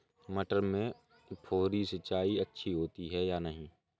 मटर में फुहरी सिंचाई अच्छी होती है या नहीं?